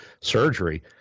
surgery